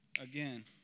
again